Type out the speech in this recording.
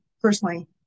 personally